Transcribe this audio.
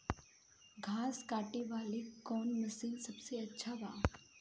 घास काटे वाला कौन मशीन सबसे अच्छा बा?